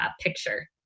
picture